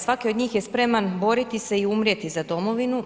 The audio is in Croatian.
Svaki od njih je spreman boriti se i umrijeti za domovinu.